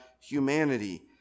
humanity